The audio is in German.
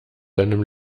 deinem